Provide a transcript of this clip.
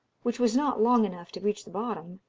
which was not long enough to reach the bottom,